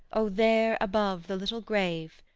o there above the little grave,